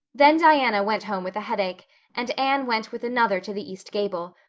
then diana went home with a headache and anne went with another to the east gable,